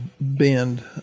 bend